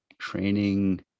training